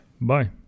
Bye